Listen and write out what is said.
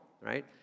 right